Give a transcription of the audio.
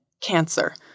Cancer